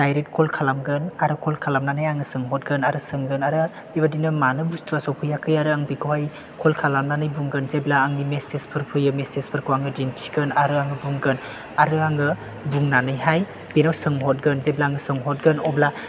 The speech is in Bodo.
डायरेक्ट कल खालामगोन आरो कल खालामनानै आङो सोंहरगोन आरो सोंगोन आरो बेबायदिनो मानो बुस्तुआ सौफैयाखै आं बेखौहाय कल खालामनानै बुंगोन जेब्ला आंनि मेसेजफोर फैयो मेसेजफोरखौ आङो दिन्थिगोन आरो आङो बुंगोन आरो आङो बुंनानैहाय बेनाव सोंहतगोन जेब्ला आङो सोंहतगोन अब्ला